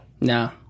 No